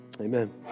Amen